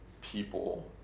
people